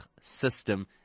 system